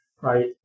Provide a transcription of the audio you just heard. right